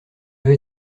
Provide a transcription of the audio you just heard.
vais